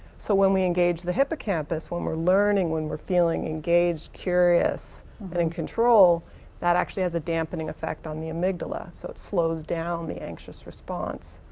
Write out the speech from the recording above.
so when we engage the hippocampus when we're learning, when we're feeling engaged curious and in control that actually has a dampening effect on the amygdala so it slows down the anxious response.